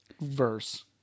verse